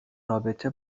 رابطه